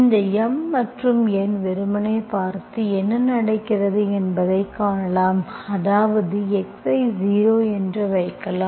இந்த M மற்றும் N வெறுமனே பார்த்து என்ன நடக்கிறது என்பதைக் காணலாம் அதாவது x ஐ 0 என்று வைக்கலாம்